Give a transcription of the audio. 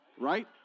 right